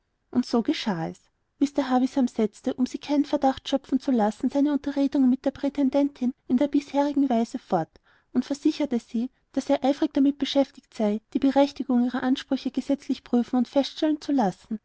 und so geschah es mr havisham setzte um sie keinen verdacht schöpfen zu lassen seine unterredungen mit der prätendentin in der bisherigen weise fort und versicherte sie daß er eifrig damit beschäftigt sei die berechtigung ihrer ansprüche gesetzlich prüfen und feststellen zu lassen